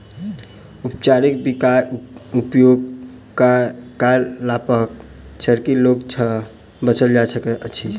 उपचारित बीयाक उपयोग कयलापर झरकी रोग सँ बचल जा सकैत अछि